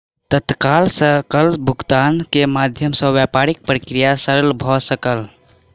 तत्काल सकल भुगतान के माध्यम सॅ व्यापारिक प्रक्रिया सरल भ सकल